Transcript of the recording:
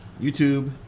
YouTube